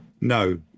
No